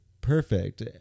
perfect